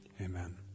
Amen